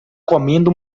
comendo